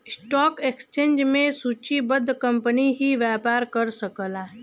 stock exchange में सूचीबद्ध company ही व्यापार कर सकला